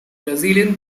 brazilian